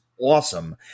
Awesome